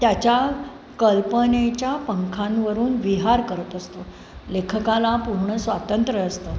त्याच्या कल्पनेच्या पंखांवरून विहार करत असतो लेखकाला पूर्ण स्वातंत्र्य असतं